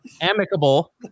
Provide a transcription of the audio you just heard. Amicable